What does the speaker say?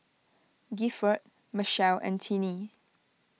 Gifford Machelle and Tinnie